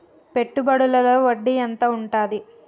పెట్టుబడుల లో వడ్డీ ఎంత ఉంటది?